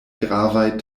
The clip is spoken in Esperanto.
gravaj